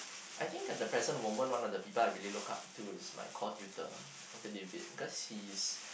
I think at the present moment one of the people I really look up to is my core tutor doctor David cause he's